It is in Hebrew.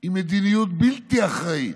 היא מדיניות בלתי אחראית.